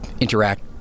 interact